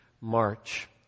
March